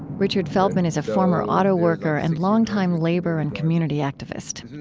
richard feldman is a former autoworker and longtime labor and community activist.